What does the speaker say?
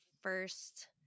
first